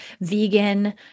vegan